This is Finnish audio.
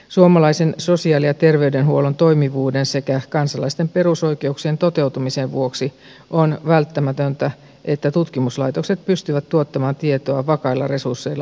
suomalaisen sosiaali ja ter veydenhuollon toimivuuden sekä kansalaisten perusoikeuksien toteutumisen vuoksi on välttämätöntä että tutkimuslaitokset pystyvät tuottamaan tietoa vakailla resursseilla pitkäjänteisesti